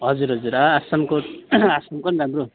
हजुर हजुर आ आसामको आसामको नि राम्रो